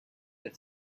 have